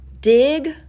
dig